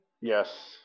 Yes